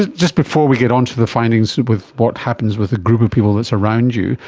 just before we get onto the findings with what happens with the group of people that is around you,